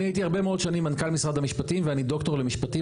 אני הייתי הרבה מאוד שנים מנכ"ל משרד המשפטים ואני דוקטור למשפטים,